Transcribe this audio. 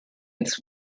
its